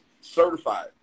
certified